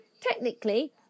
technically